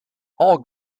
all